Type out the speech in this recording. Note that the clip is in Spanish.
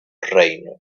reino